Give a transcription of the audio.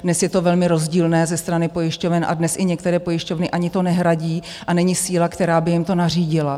Dnes je to velmi rozdílné ze strany pojišťoven a dnes i některé pojišťovny ani to nehradí a není síla, která by jim to nařídila.